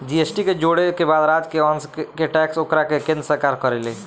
GST के जोड़े के बाद राज्य के अंस के टैक्स ओकरा के केन्द्र सरकार करेले